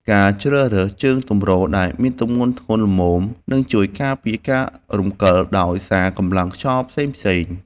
ការជ្រើសរើសជើងទម្រដែលមានទម្ងន់ធ្ងន់ល្មមនឹងជួយការពារការរំកិលដោយសារកម្លាំងខ្យល់ផ្សេងៗ។